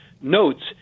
notes